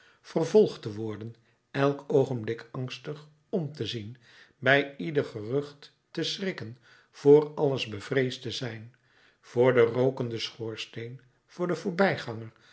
vervolgd te worden elk oogenblik angstig om te zien bij ieder gerucht te schrikken voor alles bevreesd te zijn voor den rookenden schoorsteen voor den voorbijganger